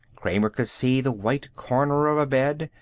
kramer could see the white corner of a bed,